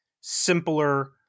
simpler